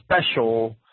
special